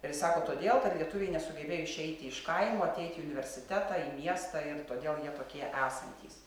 ir sako todėl kad lietuviai nesugebėjo išeiti iš kaimo ateiti į universitetą į miestą ir todėl jie tokie esantys